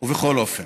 ובכל אופן,